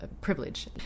privilege